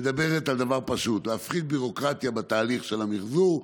מדברת על דבר פשוט: להפחית ביורוקרטיה בתהליך של המחזור.